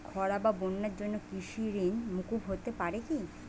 খরা বা বন্যার জন্য কৃষিঋণ মূকুপ হতে পারে কি?